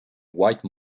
white